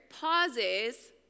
pauses